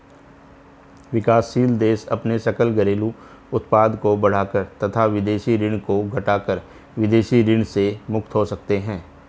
विकासशील देश अपने सकल घरेलू उत्पाद को बढ़ाकर तथा विदेशी ऋण को घटाकर विदेशी ऋण से मुक्त हो सकते हैं